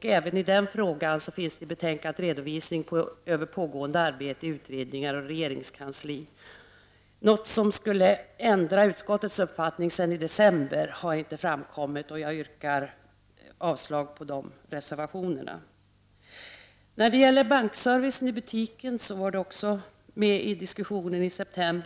Även i denna fråga finns i betänkandet redovisning av pågående arbete i utredningar och regeringskansli. Något som skulle ändra utskottets uppfattning sedan i december har inte framkommit, varför jag yrkar avslag på de reservationerna. Också frågan om bankservice i butik fanns med i diskussionen i september.